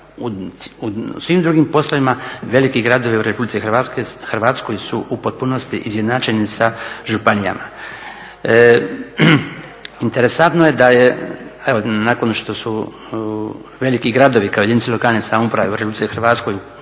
U svim drugim poslovima veliki gradovi u RH su u potpunosti izjednačeni sa županijama. Interesantno je da je, evo, nakon što su veliki gradovi kao jedinice lokalne samouprave u RH osnovani zakonom